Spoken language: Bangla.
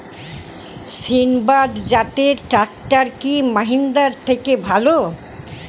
সিণবাদ জাতের ট্রাকটার কি মহিন্দ্রার থেকে ভালো?